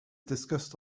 discussed